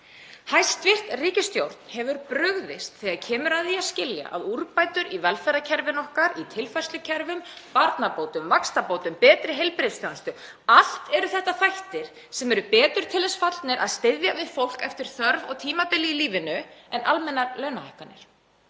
Hæstv. ríkisstjórn hefur brugðist þegar kemur að því að skilja að úrbætur í velferðarkerfinu okkar, í tilfærslukerfum, barnabótum, vaxtabótum, betri heilbrigðisþjónustu; allt eru þetta þættir sem eru betur til þess fallnir að styðja við fólk eftir þörf og tímabili í lífinu en almennar launahækkanir.